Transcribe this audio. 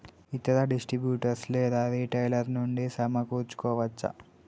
ఇతర డిస్ట్రిబ్యూటర్ లేదా రిటైలర్ నుండి సమకూర్చుకోవచ్చా?